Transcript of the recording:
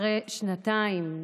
אחרי שנתיים,